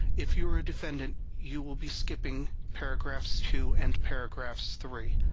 if you are a defendant you will be skipping paragraphs two and paragraphs three.